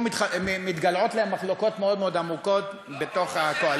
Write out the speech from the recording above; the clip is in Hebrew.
פה מתגלעות להן מחלוקות מאוד מאוד עמוקות בתוך הקואליציה,